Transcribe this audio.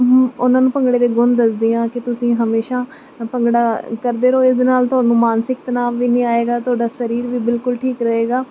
ਉਹਨਾਂ ਨੂੰ ਭੰਗੜੇ ਦੇ ਗੁਣ ਦੱਸਦੀ ਹਾਂ ਕਿ ਤੁਸੀਂ ਹਮੇਸ਼ਾ ਭੰਗੜਾ ਕਰਦੇ ਰਹੋ ਇਹਦੇ ਨਾਲ ਤੁਹਾਨੂੰ ਮਾਨਸਿਕ ਤਣਾਉ ਵੀ ਨਹੀਂ ਆਏਗਾ ਤੁਹਾਡਾ ਸਰੀਰ ਵੀ ਬਿਲਕੁਲ ਠੀਕ ਰਹੇਗਾ